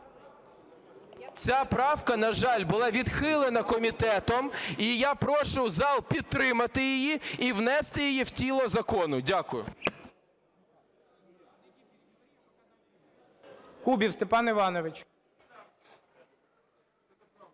Ця правка, на жаль, була відхилена комітетом, і я прошу зал підтримати її і внести її в тіло закону. Дякую.